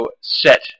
set